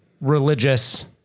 religious